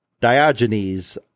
Diogenes